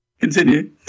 Continue